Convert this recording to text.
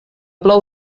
plou